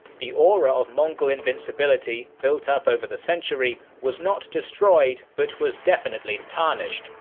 the aura of mongol invincibility built up over the century was not destroyed, but was definitely tarnished,